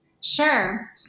Sure